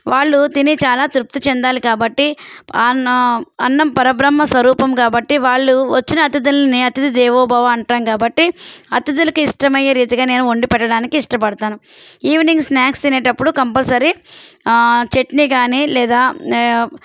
వాళ్ళు తిని చాలా తృప్తి చెందాలి కాబట్టి ఆన్నా అన్నం పరబ్రహ్మ స్వరూపం కాబట్టి వాళ్ళు వచ్చిన అతిథుల్ని అతిధి దేవోభవ అంటాం కాబట్టి అతిథులకు ఇష్టమయ్యే రీతిగా నేను వండి పెట్టడానికి ఇష్టపడతాను ఈవినింగ్ స్నాక్స్ తినేటప్పుడు కంపల్సరీ చట్నీ కాని లేదా